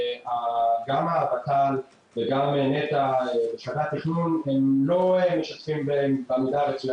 גם הות"ל וגם נת"ע בשלבי התכנון לא משתפים במידה הרצויה